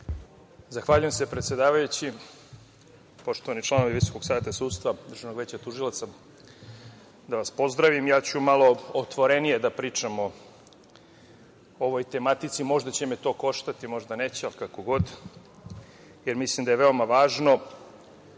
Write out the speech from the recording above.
Zahvaljujem se, predsedavajući. Poštovani članovi VSS, Državnog veća tužilaca, da vas pozdravim. Ja ću malo otvorenije da pričam o ovoj tematici. Možda će me to koštati, možda neće, ali kako god, jer mislim da je veoma važno